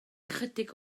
ychydig